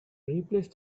replace